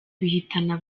bihitana